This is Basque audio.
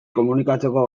komunikatzeko